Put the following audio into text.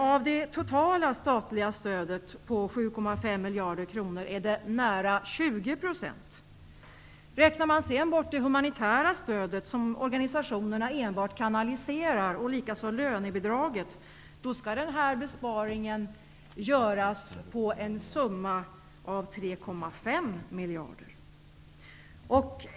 Av det totala statliga stödet på 7,5 miljarder kronor är det fråga om nära 20 %. Räknar man sedan bort det humanitära stödet som organisationerna enbart kanaliserar och likaså lönebidraget skall denna besparing göras på en summa av 3,5 miljarder.